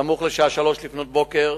סמוך לשעה 03:00, לפנות בוקר,